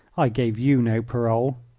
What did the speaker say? i gave you no parole.